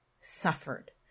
suffered